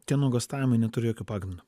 tie nuogąstavimai neturi jokio pagrindo